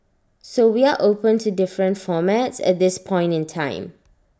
so we are open to different formats at this point in time